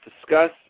discuss